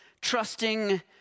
trusting